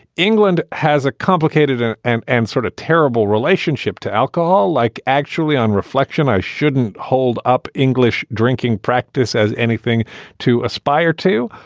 england has a complicated and and and sort of terrible relationship to alcohol. like actually, on reflection, i shouldn't hold up english drinking practice as anything to aspire to.